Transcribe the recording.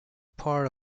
part